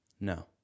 No